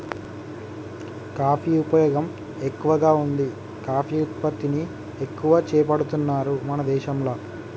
coffee ఉపయోగం ఎక్కువగా వుంది కాఫీ ఉత్పత్తిని ఎక్కువ చేపడుతున్నారు మన దేశంల